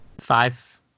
five